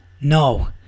No